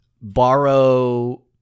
borrow